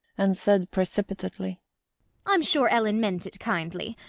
and said precipitately i'm sure ellen meant it kindly.